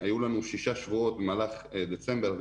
היו לנו שישה שבועות במהלך דצמבר 2019